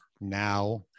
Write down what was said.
now